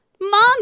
Mom